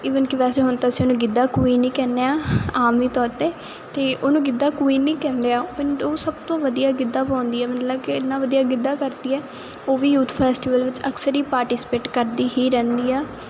even ਕਿ ਵੈਸੇ ਹੁਣ ਤਾਂ ਅਸੀਂ ਉਹਨੂੰ ਗਿੱਧਾ ਕੁਈਨ ਹੀ ਕਹਿੰਦੇ ਆ ਆਮ ਹੀ ਤੌਰ 'ਤੇ ਉਹਨੂੰ ਗਿੱਧਾ ਕੁਈਨ ਹੀ ਕਹਿੰਦੇ ਆ ਉਹ ਸਭ ਤੋਂ ਵਧੀਆ ਗਿੱਦਾ ਪਾਉਂਦੀ ਆ ਮਤਲਬ ਕਿ ਇੰਨਾ ਵਧੀਆ ਗਿੱਦਾ ਕਰਦੀ ਹੈ ਉਹ ਵੀ ਯੂਥ ਫੈਸਟੀਵਲਾਂ 'ਚ ਅਕਸਰ ਹੀ ਪਾਰਟੀਸਪੇਟ ਕਰਦੀ ਹੀ ਰਹਿੰਦੀ ਆ